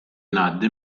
ngħaddi